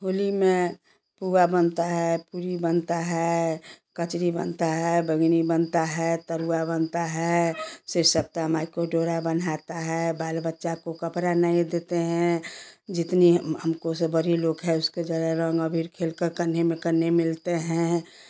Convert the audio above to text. होली में पुआ बनता है पूड़ी बनता है कचरी बनता है बैंगनी बनता है तरूआ बनता है शिवशक्ति माई को डोरा बांधता है बाल बच्चा को कपड़ा नए देते हैं जितनी हम लोगों से बड़े लोग है रंग अबीर खेलकर गले से गले मिलते हैं